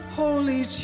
holy